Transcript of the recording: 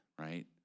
right